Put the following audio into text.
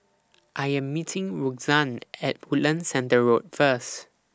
I Am meeting Roxann At Woodlands Centre Road First